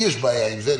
יש לי בעיה עם זה,